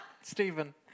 Stephen